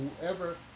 whoever